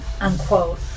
unquote